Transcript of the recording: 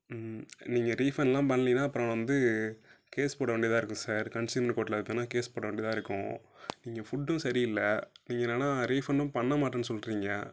ம் நீங்கள் ரீஃபண்டெலாம் பண்லைனா அப்புறோம் வந்து கேஸ் போட வேண்டியதாக இருக்கும் சார் கன்சியூமர் கோர்ட்டில் அது பேரென்னா கேஸ் போட வேண்டியதாக இருக்கும் இங்கே ஃபுட்டும் சரியில்லை நீங்கள் என்னன்னால் ரீஃபண்டும் பண்ணமாட்டேனு சொல்லுறீங்க